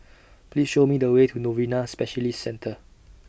Please Show Me The Way to Novena Specialist Centre